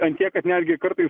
ant tiek kad netgi kartais